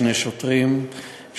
שני שוטרים,